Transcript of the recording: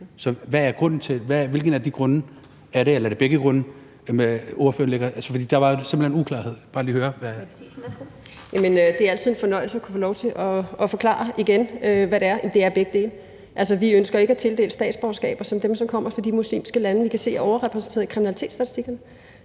Kl. 13:24 Mette Thiesen (NB): Jamen det er altid en fornøjelse at kunne få lov til at forklare igen, hvad det er. Det er begge dele. Altså, vi ønsker ikke at tildele statsborgerskaber til dem, som kommer fra de muslimske lande, som vi kan se er overrepræsenteret i kriminalitetsstatistikkerne.